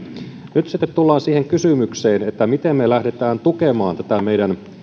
nyt sitten tullaan siihen kysymykseen miten me lähdemme tukemaan tätä meidän